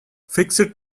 fixed